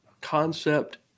concept